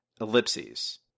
Ellipses